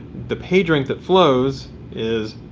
the page rank that flows is,